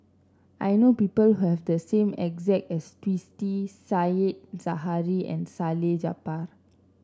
I know people who have the same exact as Twisstii Said Zahari and Salleh Japar